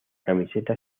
camiseta